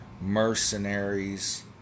mercenaries